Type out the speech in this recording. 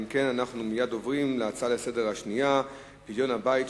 אנחנו מייד עוברים להצעה לסדר-היום השנייה: פדיון הבית,